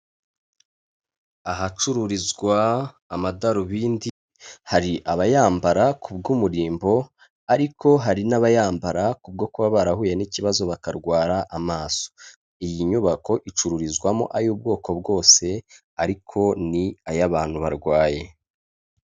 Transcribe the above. Ahacururizwa amadarubindi, hari abayambara kubwo umurimbo, ariko hari n'abayambara kubwo kuba barahuye n'ikibazo bakarwara amaso, iyi nyubako icururizwamo ay'ubwoko bwose ariko ni ay'abantu barwaye.